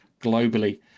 globally